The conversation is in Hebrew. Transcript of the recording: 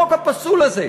החוק הפסול הזה,